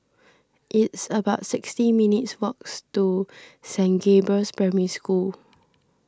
it's about sixty minutes' walks to Saint Gabriel's Primary School